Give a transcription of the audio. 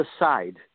aside